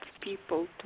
people